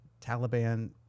Taliban